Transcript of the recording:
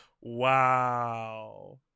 wow